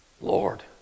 Lord